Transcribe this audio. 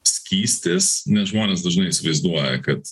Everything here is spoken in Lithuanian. skystis nes žmonės dažnai įsivaizduoja kad